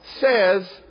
says